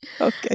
Okay